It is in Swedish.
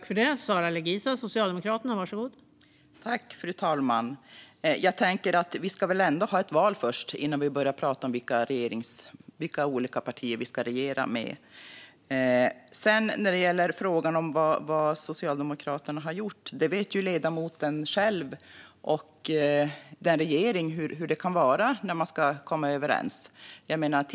Fru talman! Vi ska väl ändå ha ett val först innan vi börjar prata om vilka partier vi ska regera med. När det gäller frågan om vad Socialdemokraterna har gjort vet både ledamoten och regeringen hur det kan vara när man ska komma överens.